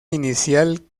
inicial